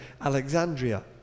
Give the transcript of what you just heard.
Alexandria